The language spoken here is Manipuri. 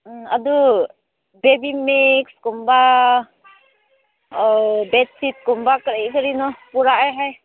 ꯎꯝ ꯑꯗꯨ ꯕꯦꯕꯤ ꯃꯤꯛꯁꯀꯨꯝꯕ ꯕꯦꯗꯁꯤꯠꯀꯨꯝꯕ ꯀꯔꯤ ꯀꯔꯤꯅꯣ ꯄꯨꯔꯛꯑꯦ ꯍꯥꯏ